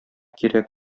кирәк